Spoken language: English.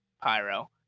Pyro